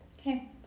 Okay